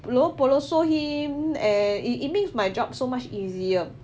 polo polo saw him and it it makes my job so much easier